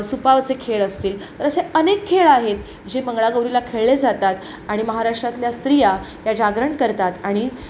सुपावरचे खेळ असतील तर असे अनेक खेळ आहेत जे मंगळागौरीला खेळले जातात आणि महाराष्ट्रातल्या स्त्रिया या जागरण करतात आणि